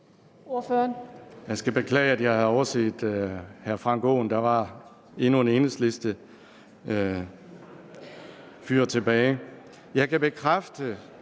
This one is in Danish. Jeg skal beklage, at jeg havde overset hr. Frank Aaen, så der var endnu en enhedslistefyr tilbage. Jeg kan bekræfte,